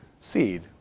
seed